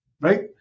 Right